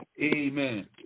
Amen